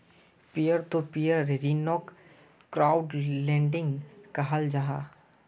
peer to peer ऋन्नोक crowd lending कहाल जाहा